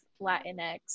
Latinx